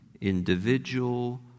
individual